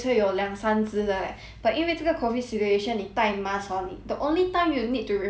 but 因为这个 COVID situation 你带 mask hor the only time you need to remove your mask is when you're eating